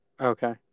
Okay